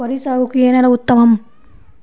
వరి సాగుకు ఏ నేల ఉత్తమం?